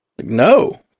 No